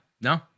no